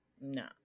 No